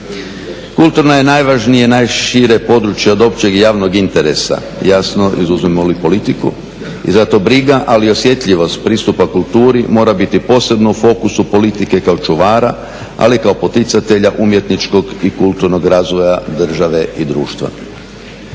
Kulturno je najvažnije, najšire područje od općeg i javnog interesa jasno izuzmemo li politiku i zato briga ali i osjetljivost pristupa kulturi mora biti posebno u fokusu politike kao čuvara ali i kao poticatelja umjetničkog i kulturnog razvoja države i društva.